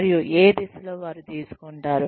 మరియు ఏ దిశలో వారు తీసుకుంటారు